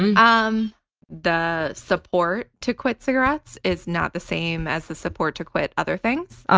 and um the support to quit cigarettes is not the same as the support to quit other things.